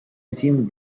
assume